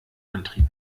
antrieb